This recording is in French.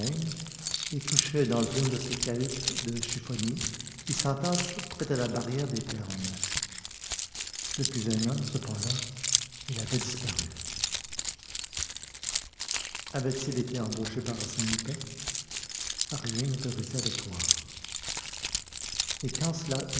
couchait dans une de ces cahutes de chiffonniers qui s'entassent près de la barrière des ternes depuis un an cependant il avait disparu avait-il été embauché par arsène lupin rien n'autorisait à le croire et quand cela